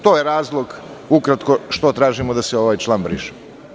To je ukratko razlog što tražimo da se ovaj član briše.